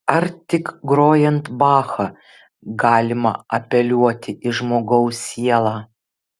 ar tik grojant bachą galima apeliuoti į žmogaus sielą